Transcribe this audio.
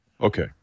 Okay